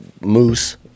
moose